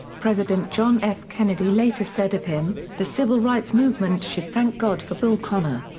president john f. kennedy later said of him, the civil rights movement should thank god for bull connor.